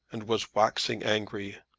and was waxing angry.